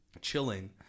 chilling